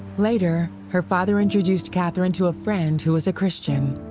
later her father introduced katherine to a friend who was a christian.